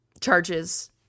charges